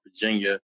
Virginia